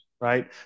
right